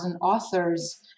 authors